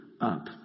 up